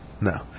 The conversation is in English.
no